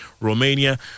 Romania